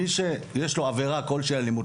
מי שיש לו עבירה כלשהי על אלימות,